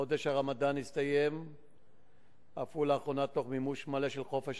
חודש הרמדאן הסתיים אף הוא לאחרונה תוך מימוש מלא של חופש